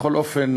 בכל אופן,